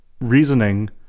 reasoning